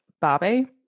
Barbie